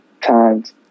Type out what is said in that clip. times